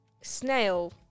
snail